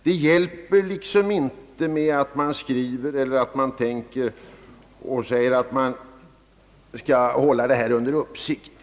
Det är inte tillräckligt att man uttalar att man avser att hålla problemet fortsättningsvis under uppsikt.